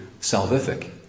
salvific